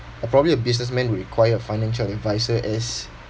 probably a businessman would require a financial advisor as